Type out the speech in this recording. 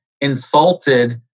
insulted